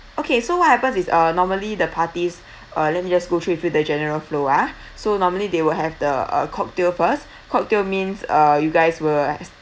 okay so what happens is uh normally the party's uh let me just go through with you the general flow ah so normally they will have the uh cocktail first cocktail means uh you guys will